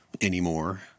anymore